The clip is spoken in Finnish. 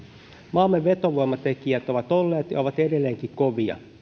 maamme vetovoimatekijät ovat olleet ja ovat edelleenkin kovia